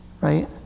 right